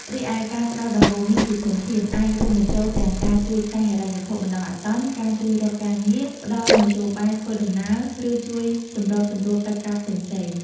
រីឯ ការផ្តល់ជំនួយជាធនធាន អាចរួមបញ្ចូលទាំងការជួយផ្នែកហិរញ្ញវត្ថុបណ្តោះអាសន្ន ការជួយរកការងារ ផ្តល់មធ្យោបាយធ្វើដំណើរ ឬជួយសម្របសម្រួលកិច្ចការផ្សេងៗ។